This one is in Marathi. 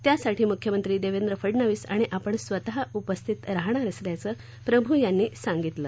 त्यासाठी मुख्यमंत्री देवेंद्र फडवणीस आणि आपण स्वतः उपस्थित राहणार असल्याचं प्रभू यांनी सांगितलं